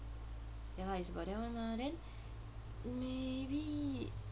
ya lah it's about there [one] mah then maybe